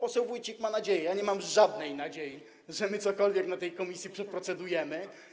Poseł Wójcik ma nadzieję, ale ja nie mam żadnej nadziei, że my cokolwiek w tej komisji przepracujemy.